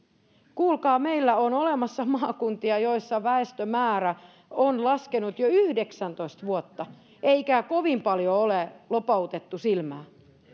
kuulkaa meillä on olemassa maakuntia joissa väestömäärä on laskenut jo yhdeksäntoista vuotta eikä kovin paljon ole lopautettu silmää